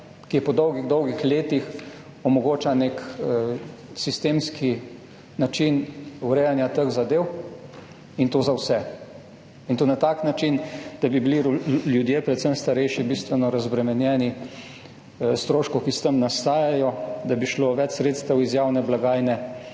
ki po dolgih dolgih letih omogoča nek sistemski način urejanja teh zadev, in to za vse. In to na tak način, da bi bili ljudje, predvsem starejši, bistveno razbremenjeni stroškov, ki s tem nastajajo, da bi šlo več sredstev iz javne blagajne